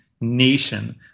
nation